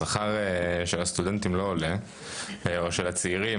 השכר של הסטודנטים או של הצעירים,